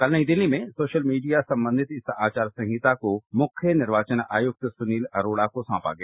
कल नई दिल्ली में सोशल मीडिया संबंधित इस आचारसंहिता को मुख्य निर्वाचन आयुक्त सुनील अरोड़ा को सौंपा गया